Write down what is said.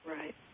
Right